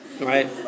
right